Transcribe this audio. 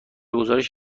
گزارش